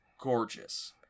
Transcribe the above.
gorgeous